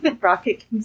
rocket